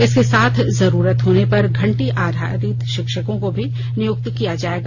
इसके साथ जरूरत होने पर घंटी आधारित शिक्षकों को भी नियुक्त किया जाएगा